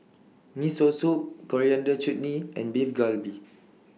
Miso Soup Coriander Chutney and Beef Galbi